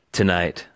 tonight